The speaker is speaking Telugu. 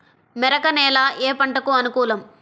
మెరక నేల ఏ పంటకు అనుకూలం?